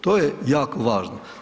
To je jako važno.